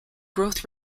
growth